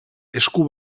esku